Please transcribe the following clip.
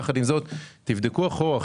אבל יחד עם זאת תבדקו אחורה.